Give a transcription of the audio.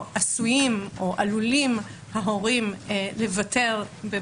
או מצב שההורה או האפוטרופוס או מי מקרוביו חשוד